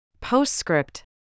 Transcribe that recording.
Postscript